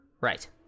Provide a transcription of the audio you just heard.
right